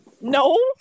No